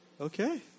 Okay